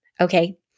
Okay